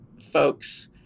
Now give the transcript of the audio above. folks